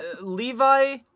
Levi